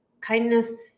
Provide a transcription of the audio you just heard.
kindness